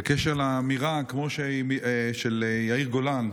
בקשר לאמירה של יאיר גולן,